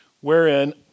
wherein